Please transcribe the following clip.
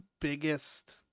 biggest